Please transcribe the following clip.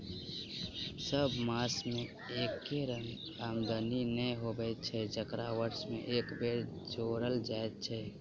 सभ मास मे एके रंगक आमदनी नै होइत छै जकरा वर्ष मे एक बेर जोड़ल जाइत छै